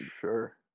sure